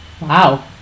Wow